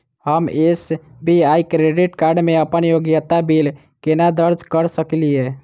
हम SBI credit card मे अप्पन उपयोगिता बिल केना दर्ज करऽ सकलिये?